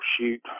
shoot